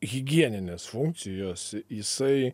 higieninės funkcijos jisai